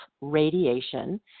radiation